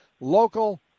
local